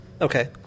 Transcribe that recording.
okay